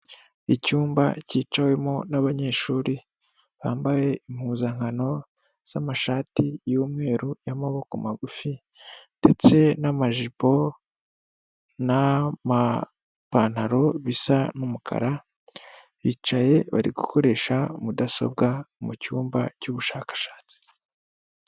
Icyumba cyicawemo n'abanyeshuri bambaye impuzankano z'amashati y'umweru y'amaboko magufi ndetse n'amajipo n'amapantaro bisa n'umukara, bicaye bari gukoresha mudasobwa mu cyumba cy'ubushakashatsi.